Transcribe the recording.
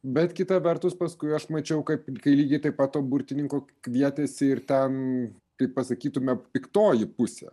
bet kita vertus paskui aš mačiau kaip kai lygiai taip pat to burtininko kvietėsi ir ten kaip pasakytume piktoji pusė